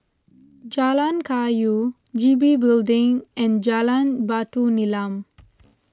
Jalan Kayu G B Building and Jalan Batu Nilam